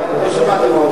לא שמעתי מה הוא אומר.